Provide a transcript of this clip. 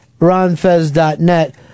ronfez.net